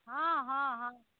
हॅं हॅं हॅं